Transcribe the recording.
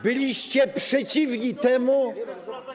Byliście przeciwni temu.